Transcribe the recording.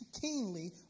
keenly